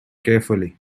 carefully